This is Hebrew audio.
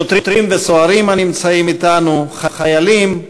שוטרים וסוהרים הנמצאים אתנו, חיילים,